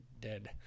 dead